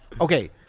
okay